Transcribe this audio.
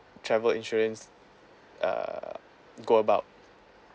travel insurance uh go about